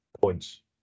points